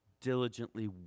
diligently